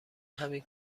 همین